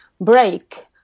break